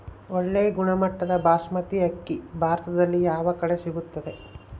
ಒಳ್ಳೆ ಗುಣಮಟ್ಟದ ಬಾಸ್ಮತಿ ಅಕ್ಕಿ ಭಾರತದಲ್ಲಿ ಯಾವ ಕಡೆ ಸಿಗುತ್ತದೆ?